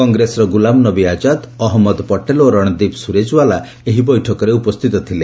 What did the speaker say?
କଂଗ୍ରେସର ଗୁଲାମନବୀ ଆଜାଦ ଅହମ୍ମଦ ପଟେଲ ଓ ରଣଦୀପ ସୁରଜେୱାଲା ଏହି ବୈଠକରେ ଉପସ୍ଥିତ ଥିଲେ